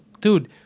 dude